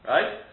Right